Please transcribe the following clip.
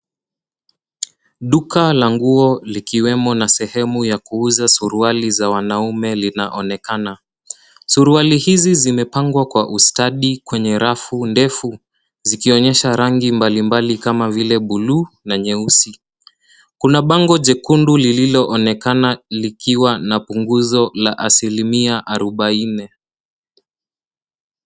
Duka la nguo likiwemo na sehemu ya kuuza suruali za wanaume linaonekana. Suruali hizi zimepangwa kwa ustadi kwenye rafu ndefu, zikionyesha rangi mbalimbali kama vile buluu na nyeusi. Kuna bango jekundu lililo onekana likiwa na punguzo la asilimia arubaini.